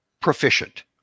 proficient